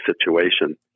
situation